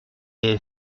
est